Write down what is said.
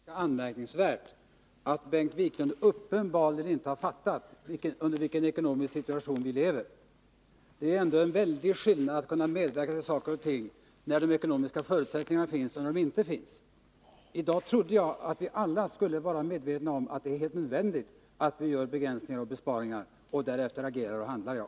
Herr talman! Jag finner det ganska anmärkningsvärt att Bengt Wiklund uppenbarligen inte har fattat hur allvarlig den situation är som vi lever i. Det är ändå en väldig skillnad mellan att kunna medverka till saker och ting när de 42 ekonomiska förutsättningarna finns och att befinna sig i en situation där de inte finns. Jag trodde att vi alla i dag skulle vara medvetna om att det är helt nödvändigt att göra begränsningar och besparingar, och därefter agerar och handlar jag.